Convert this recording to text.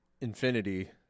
infinity